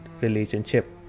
relationship